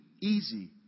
easy